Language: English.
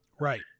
right